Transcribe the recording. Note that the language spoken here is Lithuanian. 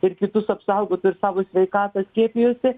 ir kitus apsaugotų ir savo sveikatą skiepijosi